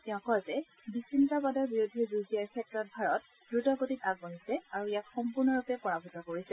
তেওঁ কয় যে বিছিন্নতাবাদৰ বিৰুদ্ধে যুঁজ দিয়াৰ ক্ষেত্ৰত ভাৰত দ্ৰুত গতিত আগবাঢ়িছে আৰু ইয়াক সম্পূৰ্ণৰূপে পৰাভূত কৰিছে